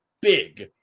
big